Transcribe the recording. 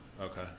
okay